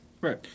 Right